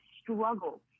struggle